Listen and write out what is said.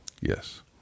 Yes